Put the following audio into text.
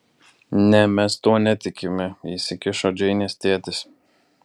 ne mes tuo netikime įsikišo džeinės tėtis